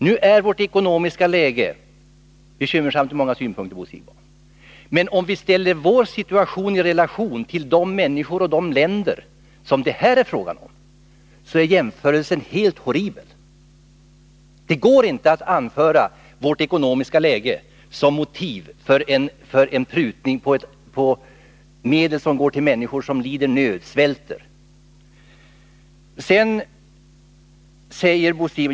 Nu är vårt ekonomiska läge bekymmersamt från många synpunkter, men om vi ställer vår situation i relation till situationen för de människor och länder som det här är fråga om, är jämförelsen helt horribel. Det går inte att anföra vårt ekonomiska läge såsom ett motiv för en prutning på medel, som går till människor som svälter och lider nöd.